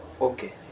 okay